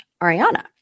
Ariana